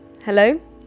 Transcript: Hello